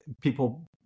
People